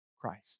Christ